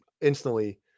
instantly